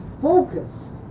focus